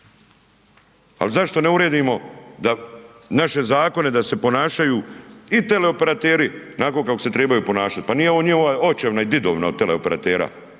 Ali zašto ne uredimo da naše zakone da se ponašaju i teleoperateri onako kako se tribaju ponašati. Pa nije ovo njihova očevina i didovina od teleoperatera.